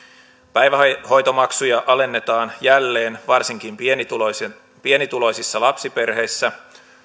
päivähoitomaksuja alennetaan jälleen varsinkin pienituloisissa lapsiperheissä